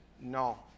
no